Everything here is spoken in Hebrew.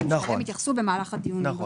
אליהם התייחסו במהלך הדיונים בוועדה.